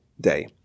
day